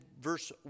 verse